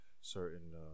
certain